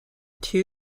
two